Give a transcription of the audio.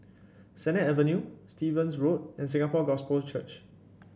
Sennett Avenue Stevens Road and Singapore Gospel Church